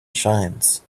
shines